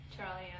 Charlie